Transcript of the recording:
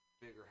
Bigger